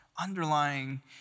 underlying